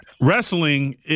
Wrestling